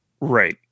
Right